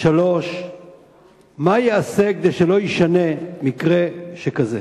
3. מה ייעשה כדי שלא יישנה מקרה כזה?